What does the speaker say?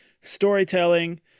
storytelling